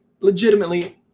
legitimately